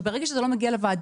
ברגע שזה לא נוגע לוועדה,